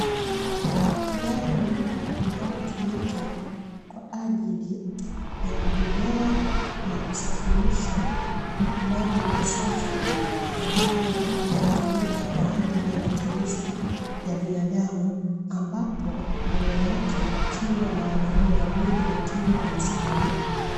Gari linalotumika kwaajili ya kubebea na kusafirishia maji masafi, ambayo yanatumika kwaajili ya matumizi ya binaadam ambapo mbele yake kukiwa na wanaume wawili wakiwa wamesimama.